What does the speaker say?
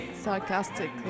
sarcastically